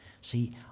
See